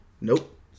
Nope